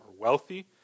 wealthy